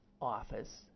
office